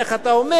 איך אתה אומר,